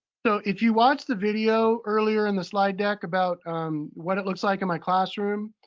so if you watch the video earlier in the slide deck about what it looks like in my classroom.